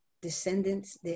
descendants